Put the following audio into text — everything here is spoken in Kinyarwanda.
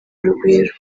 urugwiro